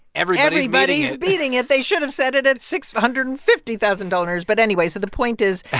everybody's everybody's beating it. they should have set it at six hundred and fifty thousand donors. but anyway, so the point is.